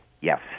Yes